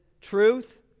truth